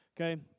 Okay